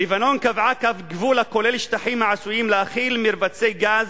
לבנון קבעה קו גבול הכולל שטחים העשויים להכיל מרבצי גז